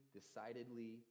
decidedly